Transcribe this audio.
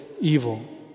evil